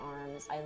arms